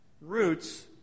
roots